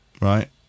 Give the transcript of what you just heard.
Right